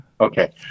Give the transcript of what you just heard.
Okay